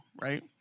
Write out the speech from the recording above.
right